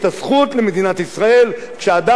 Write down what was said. כשאדם נכנס לישראל ללא רשות,